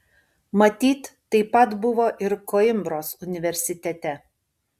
matyt taip pat buvo ir koimbros universitete